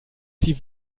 sie